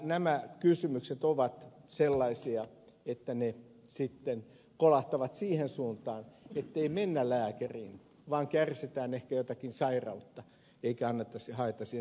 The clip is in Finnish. nämä kysymykset ovat sellaisia että ne kolahtavat siihen suuntaan ettei mennä lääkäriin ehkä kärsitään jostakin sairaudesta mutta ei haeta siihen hoitoa